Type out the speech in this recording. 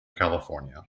california